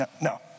no